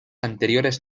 anteriores